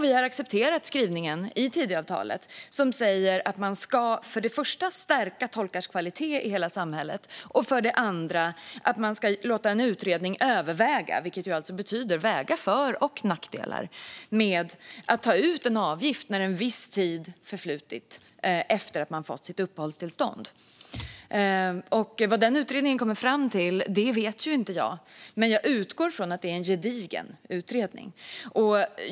Vi har accepterat skrivningen i Tidöavtalet som säger att man för det första ska stärka tolkars kvalitet i hela samhället och för det andra ska låta en utredning överväga, vilket alltså betyder väga för och nackdelar med, att ta ut en avgift när en viss tid förflutit efter att någon fått sitt uppehållstillstånd. Vad den utredningen kommer fram till vet inte jag, men jag utgår från att det är en gedigen utredning.